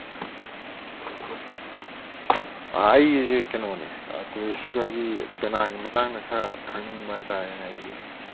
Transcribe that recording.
ꯑꯩꯁꯦ ꯀꯩꯅꯣꯅꯦ ꯇꯨꯔꯤꯁ ꯑꯩꯈꯣꯏꯒꯤ ꯄꯦꯅꯥꯒꯤ ꯃꯇꯥꯡꯗ ꯈꯔ ꯈꯪꯅꯤꯡꯕ ꯍꯥꯏ ꯇꯥꯔꯦꯅꯦ